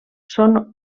són